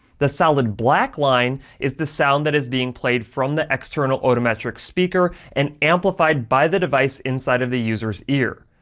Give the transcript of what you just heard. the solid black line is the sound that is being played from the external otometrics speaker and amplified by the device inside of the user's ear.